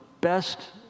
best